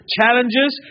challenges